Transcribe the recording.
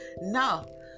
No